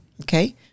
okay